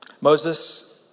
Moses